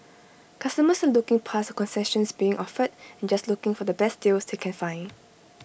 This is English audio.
customers are looking past the concessions being offered and just looking for the best deals they can find